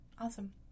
awesome